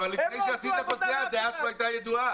אבל לפני שעשית --- הדעה שלו הייתה ידועה.